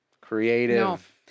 creative